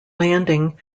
landing